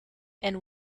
and